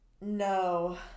No